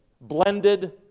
blended